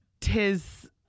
tis